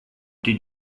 did